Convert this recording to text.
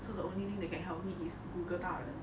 so the only thing that can help me is google 大人